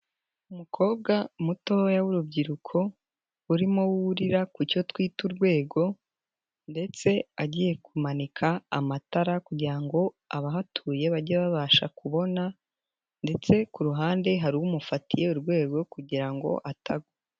Umukobwa mutoya w'urubyiruko urimo wurira ku cyo twita urwego ndetse agiye kumanika amatara kugira ngo abahatuye bajye babasha kubona ndetse ku ruhande hari umufatiye urwego kugira ngo atagwa.